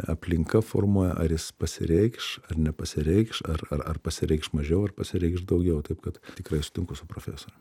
aplinka formuoja ar jis pasireikš ar nepasireikš ar ar ar pasireikš mažiau ar pasireikš daugiau taip kad tikrai sutinku su profesore